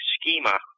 schema